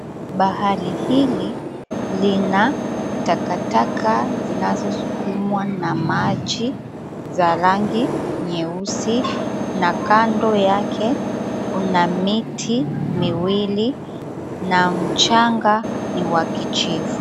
Bahari hili lina takataka zinazosukumwa na maji, za rangi nyeusi na kando yake kuna miti miwili, na mchanga ni wa kijivu.